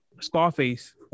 Scarface